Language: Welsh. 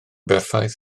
berffaith